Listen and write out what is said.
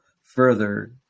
further